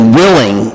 willing